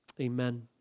Amen